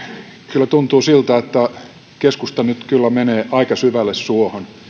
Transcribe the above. kyllä tuntuu siltä että keskusta nyt menee aika syvälle suohon